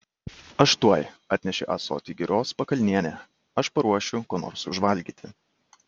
aš tuoj atnešė ąsotį giros pakalnienė aš paruošiu ko nors užvalgyti